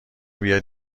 بیاد